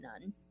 none